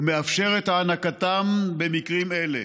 ומאפשר את הענקתם במקרים אלו: